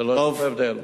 ללא כל הבדל.